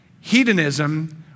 Hedonism